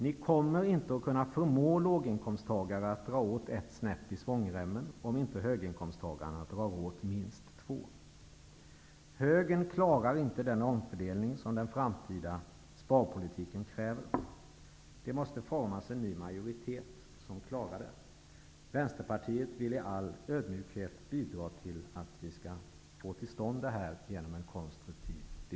Ni kommer inte att kunna förmå låginkomsttagarna att dra åt ett snäpp i svångremmen om inte höginkomsttagarna drar åt minst två. Högern klarar inte den omfördelning som den framtida sparpolitiken kräver. Det måste formas en ny majoritet som klarar det. Vänsterpartiet vill i all ödmjukhet genom en konstruktiv diskussion bidra till att den kommer till stånd.